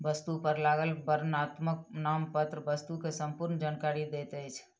वस्तु पर लागल वर्णनात्मक नामपत्र वस्तु के संपूर्ण जानकारी दैत अछि